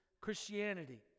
Christianity